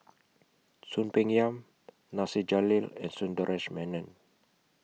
Soon Peng Yam Nasir Jalil and Sundaresh Menon